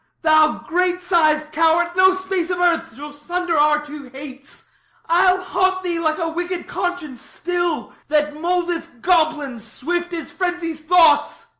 thou great-siz'd coward, no space of earth shall sunder our two hates i'll haunt thee like a wicked conscience still, that mouldeth goblins swift as frenzy's thoughts.